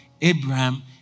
Abraham